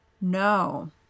No